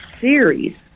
series